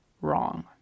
wrong